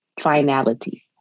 finality